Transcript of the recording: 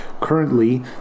currently